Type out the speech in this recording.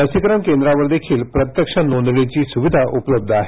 लसीकरण केंद्रावर देखील प्रत्यक्ष नोंदणीची सुविधा उपलब्ध आहे